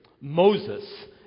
Moses